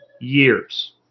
years